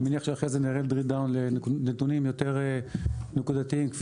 אני מניח שאחרי זה נרד דריל דאון לנתונים יותר נקודתיים כפי